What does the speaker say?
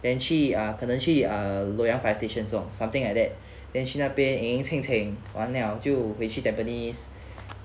then 去 err 可能去 err loyang fire stations or something like that then 去那边 eng eng cheng cheng 完 liao 就回去 tampines